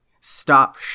stop